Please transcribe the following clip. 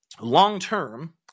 long-term